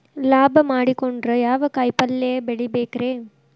ಲಾಭ ಮಾಡಕೊಂಡ್ರ ಯಾವ ಕಾಯಿಪಲ್ಯ ಬೆಳಿಬೇಕ್ರೇ?